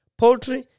poultry